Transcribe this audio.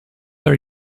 are